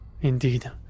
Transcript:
Indeed